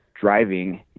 driving